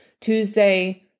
Tuesday